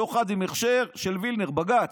שוחד עם הכשר של וילנר, בג"ץ.